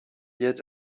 yet